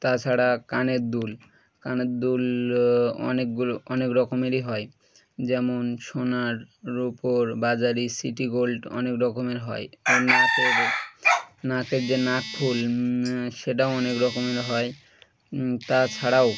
তাছাড়া কানের দুল কানের দুল অনেকগুলো অনেক রকমেরই হয় যেমন সোনার রুপোর বাজারি সিটি গোল্ড অনেক রকমের হয় কের নাকের যে নাক ফুল সেটাও অনেক রকমের হয় তাছাড়াও